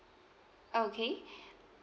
okay